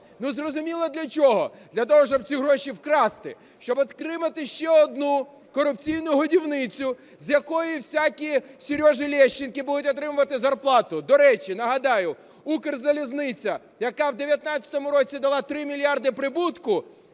Ну, зрозуміло для чого – для того, щоб ці гроші вкрасти. Щоб отримати ще одну корупційну годівницю, з якої всякі Сережи Лещенки будуть отримувати зарплату. До речі, нагадаю, Укрзалізниця, яка в 19-му році дала 3 мільярди прибутку,